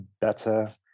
better